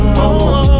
more